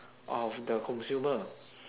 of the consumer